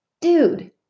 dude